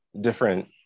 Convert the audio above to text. different